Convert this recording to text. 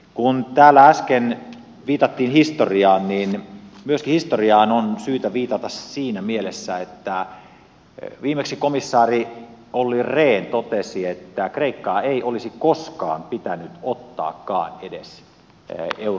kun täällä äsken viitattiin historiaan niin historiaan on syytä viitata myöskin siinä mielessä että viimeksi komissaari olli rehn totesi että kreikkaa ei olisi koskaan pitänyt ottaakaan edes euron jäseneksi